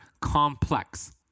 Complex